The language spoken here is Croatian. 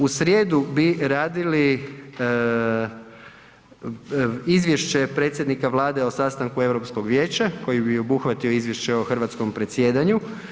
U srijedu bi radili izvješće predsjednika Vlade o sastanku Europskog vijeća koji bi obuhvatio izvješće o Hrvatskom predsjedanju.